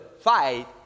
fight